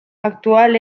actual